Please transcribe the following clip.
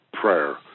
prayer